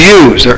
use